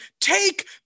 take